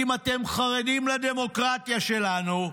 "אם אתם חרדים לדמוקרטיה שלנו,